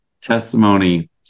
testimony